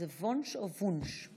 זה ווֹֹנש או ווּנש?